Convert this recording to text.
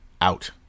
Out